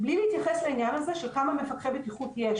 בלי להתייחס לעניין הזה של כמה מפקחי בטיחות יש